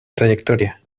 trayectoria